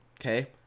Okay